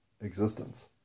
existence